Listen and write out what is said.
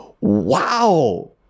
Wow